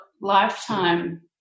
Lifetime